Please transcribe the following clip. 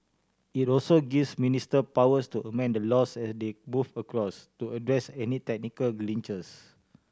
it also gives ministers powers to amend the laws as they move across to address any technical glitches